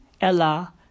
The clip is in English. Ella